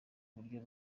buryo